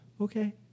Okay